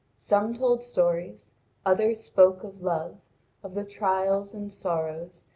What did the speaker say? some told stories others spoke of love of the trials and sorrows,